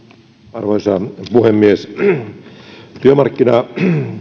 arvoisa puhemies